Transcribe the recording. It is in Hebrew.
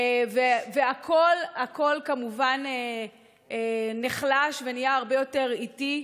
והכול הכול כמובן נחלש ונהיה הרבה יותר איטי.